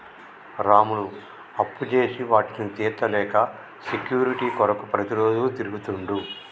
రాములు అప్పుచేసి వాటిని తీర్చలేక సెక్యూరిటీ కొరకు ప్రతిరోజు తిరుగుతుండు